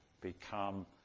become